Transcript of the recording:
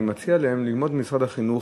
אני מציע להם ללמוד ממשרד החינוך,